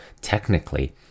Technically